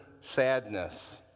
sadness